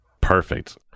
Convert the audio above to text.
Perfect